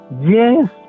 Yes